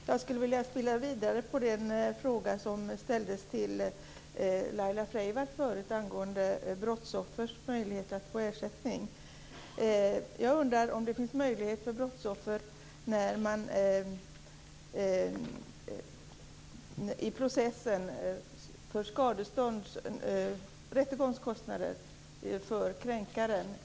Fru talman! Jag skulle vilja spinna vidare på den fråga som ställdes till Laila Freivalds förut angående brottsoffers möjlighet att få ersättning. Jag undrar om möjligheterna för brottsoffer i processer om rättegångskostnader för kränkaren.